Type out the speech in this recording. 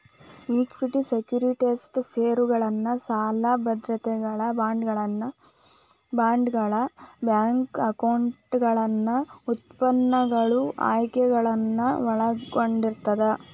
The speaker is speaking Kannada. ಇಕ್ವಿಟಿ ಸೆಕ್ಯುರಿಟೇಸ್ ಷೇರುಗಳನ್ನ ಸಾಲ ಭದ್ರತೆಗಳ ಬಾಂಡ್ಗಳ ಬ್ಯಾಂಕ್ನೋಟುಗಳನ್ನ ಉತ್ಪನ್ನಗಳು ಆಯ್ಕೆಗಳನ್ನ ಒಳಗೊಂಡಿರ್ತದ